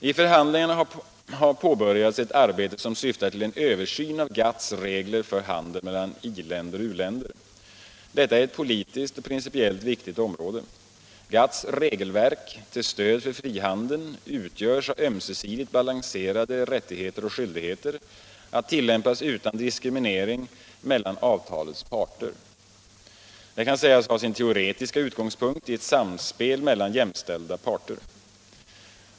I förhandlingarna har påbörjats ett arbete som syftar till en översyn av GATT:s regler för handeln mellan i-länder och u-länder. Detta är ett politiskt och principiellt viktigt område. GATT:s regelverk till stöd för frihandeln utgörs av ömsesidigt balanserade rättigheter och skyldigheter att tillämpas utan diskriminering mellan avtalets parter. Det kan sägas ha sin teoretiska utgångspunkt i ett samspel mellan jämställda parter.